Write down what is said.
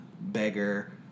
Beggar